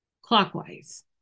clockwise